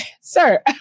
Sir